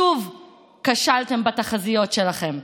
שוב כשלתם בתחזיות שלכם.